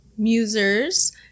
musers